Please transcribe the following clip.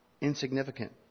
insignificant